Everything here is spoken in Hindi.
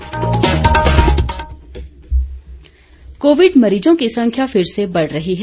कोविड संदेश कोविड मरीजों की संख्या फिर से बढ़ रही है